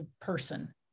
person